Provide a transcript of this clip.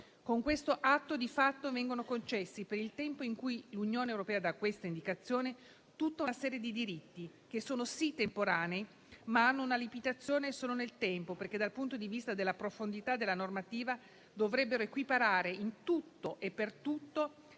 Con questo atto viene concessa di fatto, per il tempo in cui l'Unione europea dà questa indicazione, tutta una serie di diritti che sono sì temporanei, ma hanno una limitazione solo nel tempo, perché dal punto di vista della profondità della normativa dovrebbero equiparare in tutto e per tutto